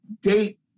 date